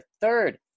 Third